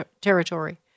Territory